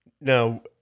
Now